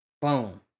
boom